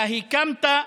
אתה הקמת",